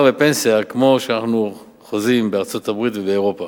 ופנסיה כמו שאנחנו חוזים בארצות-הברית ובאירופה.